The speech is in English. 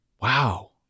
Wow